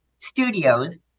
Studios